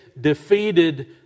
defeated